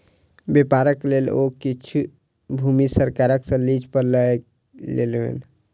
व्यापारक लेल ओ किछ भूमि सरकार सॅ लीज पर लय लेलैन